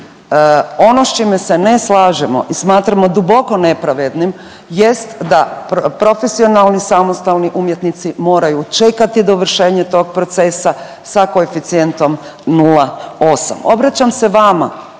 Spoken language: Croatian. ono s čime se ne slažemo i smatramo duboko nepravednim jest da profesionalni samostalni umjetnici moraju čekati dovršenje tog procesa sa koeficijentom 0,8. Obraćam se vama